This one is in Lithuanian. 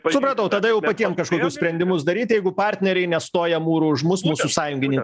supratau tada jau patiem kažkokius sprendimus daryt jeigu partneriai nestoja mūru už mus mūsų sąjungininkai